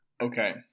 okay